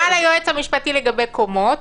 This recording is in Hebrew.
שאל היועץ המשפטי לגבי קומות,